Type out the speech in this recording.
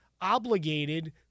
obligated